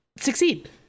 succeed